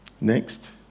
Next